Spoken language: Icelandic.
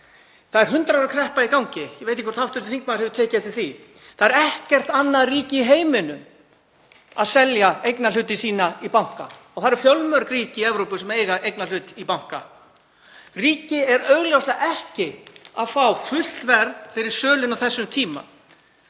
Það er 100 ára kreppa í gangi. Ég veit ekki hvort hv. þingmaður hefur tekið eftir því. Það er ekkert annað ríki í heiminum að selja eignarhluti sína í banka og það eru fjölmörg ríki í Evrópu sem eiga eignarhlut í banka. Ríkið fær augljóslega ekki fullt verð fyrir söluna á þessum tíma.